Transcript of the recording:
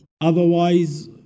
Otherwise